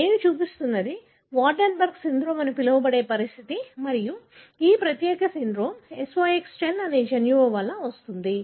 నేను చూపిస్తున్నది Waardenburg syndrome అని పిలువబడే పరిస్థితి మరియు ఈ ప్రత్యేక సిండ్రోమ్ SOX10 అనే జన్యువు వల్ల వస్తుంది